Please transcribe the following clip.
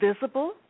visible